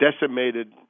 decimated